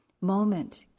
moment